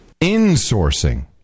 Insourcing